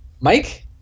Mike